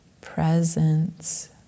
presence